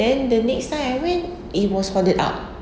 then the next time I went it was folded up